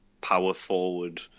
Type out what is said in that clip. power-forward